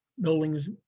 buildings